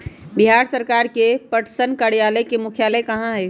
बिहार सरकार के पटसन कार्यालय के मुख्यालय कहाँ हई?